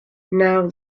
now